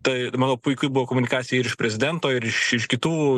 tai ir manau puiki buvo komunikacija ir iš prezidento ir iš iš kitų